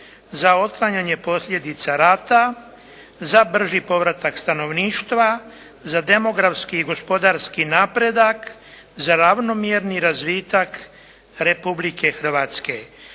za otklanjanje posljedica rata, za brži povratak stanovništva, za demografski i gospodarski napredak, za ravnomjerni razvitak Republike Hrvatske.